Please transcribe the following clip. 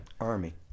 Army